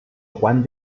juan